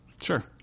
Sure